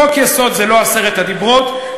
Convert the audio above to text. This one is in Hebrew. חוק-יסוד זה לא עשרת הדיברות,